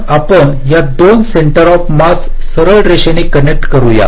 मग आपण या 2 सेंटर ऑफ मास सरळ रेषाने कनेक्ट करूया